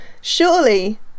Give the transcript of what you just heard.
Surely